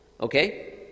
okay